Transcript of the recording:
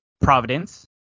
Providence